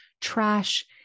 trash